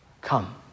Come